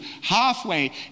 halfway